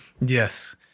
Yes